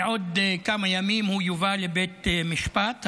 בעוד כמה ימים הוא יובא לבית משפט,